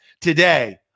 today